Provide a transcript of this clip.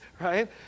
right